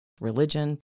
religion